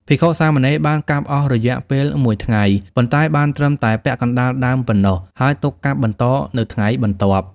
ភិក្ខុ-សាមណេរបានកាប់អស់រយៈពេលមួយថ្ងៃ ប៉ុន្តែបានត្រឹមតែពាក់កណ្តាលដើមប៉ុណ្ណោះ ហើយទុកកាប់បន្តនៅថ្ងៃបន្ទាប់។